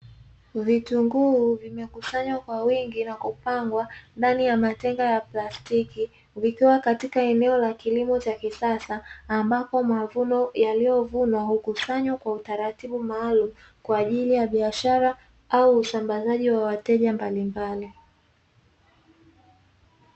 Vitunguu vimekusanywa kwa wingi na kupangwa ndani ya matenga ya plastiki vikiwa katika eneo la kilimo cha kisasa ambapo mavuno yaliyovunwa hukusanywa kwa utaratibu maalumu kwa ajili ya bisahara au usambazaji kwa wateja mbalimbali.